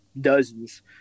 dozens